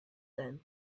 then